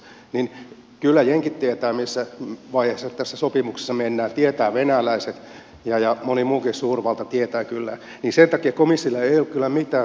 kyllä jenkit tietävät missä vaiheessa tässä sopimuksessa mennään tietävät venäläiset ja moni muukin suurvalta tietää kyllä ja sen takia komissiolla ei ole kyllä mitään tarvetta edes salata